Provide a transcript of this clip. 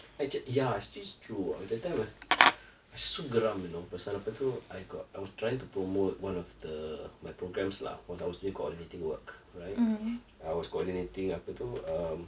act~ ya actually it's true ah that time where I so geram you know pasal apa tu I got I was trying to promote one of the my programs lah when I was doing coordinating work right I was coordinating apa tu um